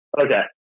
Okay